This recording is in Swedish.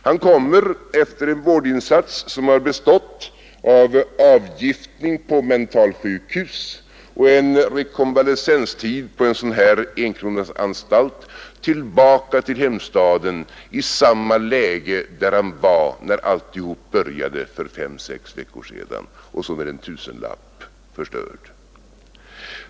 Han kom efter en vårdinsats, som bestått av avgiftning på mentalsjukhus och en rekonvalescenstid på en sådan här enkronasanstalt, tillbaka till hemstaden i samma läge som han var när alltihop började för fem sex veckor sedan — och så med en tusenlapp förstörd.